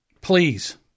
please